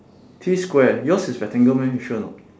three square yours is rectangle meh you sure or not